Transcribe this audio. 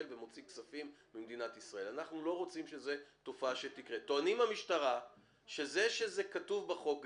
ומוציא ממנה כספים אז עצם זה שזה כתוב בחוק,